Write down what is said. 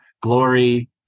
glory